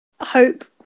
hope